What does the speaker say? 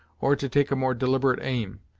or to take a more deliberate aim.